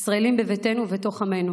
ישראלים בביתנו ובתוך עמנו.